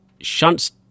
shunts